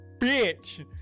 bitch